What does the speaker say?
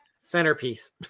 centerpiece